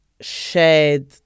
shared